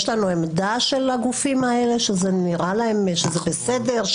לנו עמדה של הגופים האלה שזה נראה להם שזה בסדר,